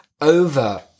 over